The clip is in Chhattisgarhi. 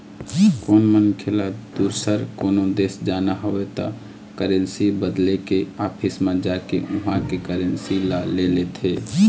कोनो मनखे ल दुसर कोनो देश जाना हवय त करेंसी बदले के ऑफिस म जाके उहाँ के करेंसी ल ले लेथे